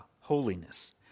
Holiness